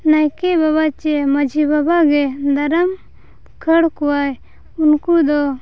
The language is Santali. ᱱᱟᱭᱠᱮ ᱵᱟᱵᱟ ᱪᱮ ᱢᱟᱹᱡᱷᱤ ᱵᱟᱵᱟ ᱜᱮ ᱫᱟᱨᱟᱢ ᱠᱷᱟᱹᱲ ᱠᱚᱣᱟᱭ ᱩᱱᱠᱩ ᱫᱚ